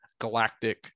galactic